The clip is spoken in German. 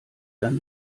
dann